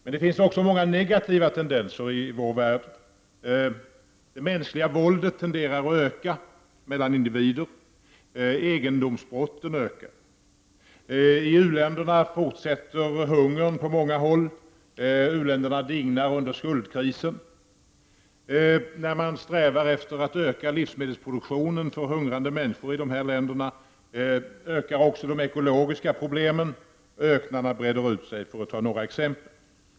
Men det finns också många negativa tendenser i vår värld. Det mänskliga våldet mellan individer tenderar att öka. Egendomsbrotten ökar. I u-länderna fortsätter hungern på många håll. U-länderna dignar under skuldkrisen. När man strävar efter att öka livsmedelsproduktionen för hungrande människor i de här länderna ökar också de ekologiska problemen. Öknarna breder ut sig, för att ta några exempel.